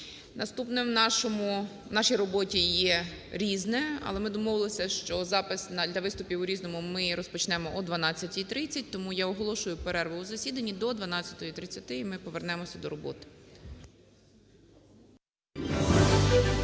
Наступним в нашій роботі є "Різне". Але ми домовилися, що запис для виступів у "Різному" ми розпочнемо о 12:30. Тому я оголошую перерву у засіданні до 12:30. І ми повернемося до роботи.